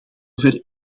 ver